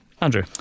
Andrew